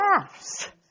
laughs